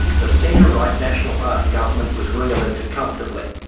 the centre-right national party government was re-elected comfortably.